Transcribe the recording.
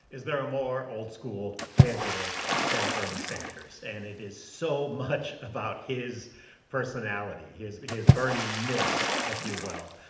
is there a more old-school candidate than bernie sanders? and it is so much about his personality, his but his bernieness, if you will.